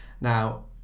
Now